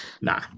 Nah